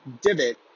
divot